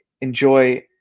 enjoy